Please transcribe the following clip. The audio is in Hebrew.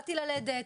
באתי ללדת.